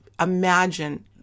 imagine